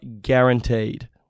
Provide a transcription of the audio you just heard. guaranteed